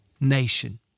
nation